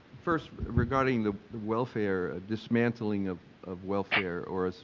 first regarding the welfare, dismantling of of welfare or as,